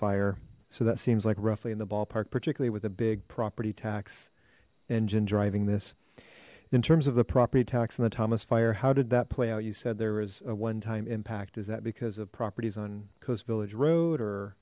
fire so that seems like roughly in the ballpark particularly with a big property tax engine driving this in terms of the property tax in the thomas fire how did that play out you said there was a one time impact is that because of properties on coast village road or